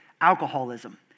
alcoholism